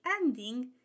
ending